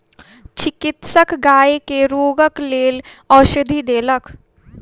चिकित्सक गाय के रोगक लेल औषधि देलक